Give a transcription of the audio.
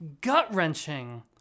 gut-wrenching